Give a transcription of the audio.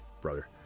brother